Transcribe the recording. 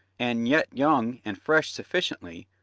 and yet young and fresh sufficiently,